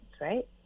right